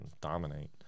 dominate